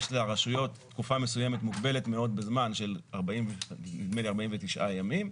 לרשויות יש תקופה מסוימת מוגבלת מאוד בזמן של נדמה לי 49 ימים,